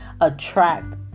attract